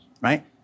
right